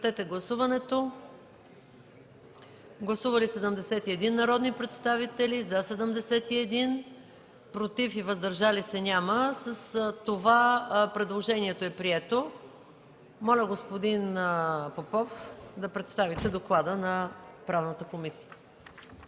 Моля да гласуваме. Гласували 71 народни представители: за 71, против и въздържали се няма. С това предложението е прието. Моля господин Попов да представи доклада на Правната комисия.